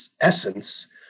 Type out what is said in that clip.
essence